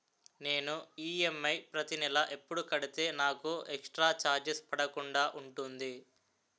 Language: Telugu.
నేను ఈ.ఎమ్.ఐ ప్రతి నెల ఎపుడు కడితే నాకు ఎక్స్ స్త్ర చార్జెస్ పడకుండా ఉంటుంది?